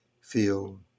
feel